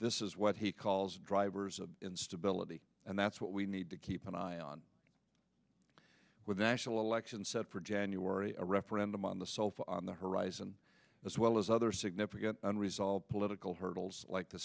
this is what he calls drivers of instability and that's what we need to keep an eye on with a national election set for january a referendum on the sofa on the horizon as well as other significant unresolved political hurdles like the